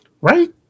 Right